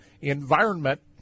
environment